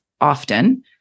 often